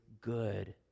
good